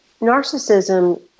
narcissism